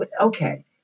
Okay